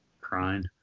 crying